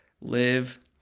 Live